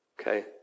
Okay